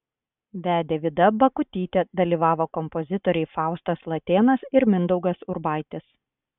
vedė vida bakutytė dalyvavo kompozitoriai faustas latėnas ir mindaugas urbaitis